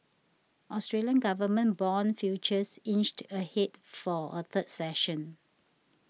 Australian government bond futures inched ahead for a third session